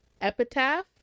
Epitaph